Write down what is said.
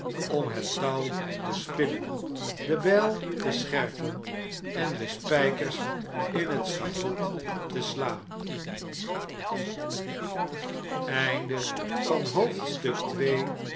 om het touw te spinnen de bjjl te scherpen en de spjjkers in het schavot te slaan